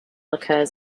occurs